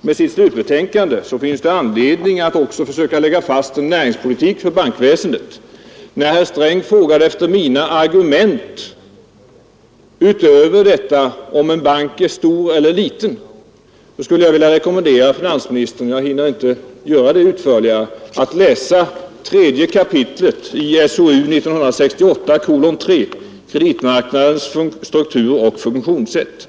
med sitt slutbetänkande finns det anledning att också försöka lägga fast en näringspolitik för bankväsendet. Herr Sträng frågade efter mina argument utöver det som gäller bankens storlek. Jag skulle vilja rekommendera finansministern — jag hinner inte svara på detta utförligare — att läsa tredje kapitlet i ”Kreditmarknadens struktur och funktionssätt” .